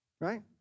right